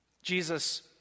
Jesus